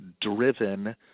driven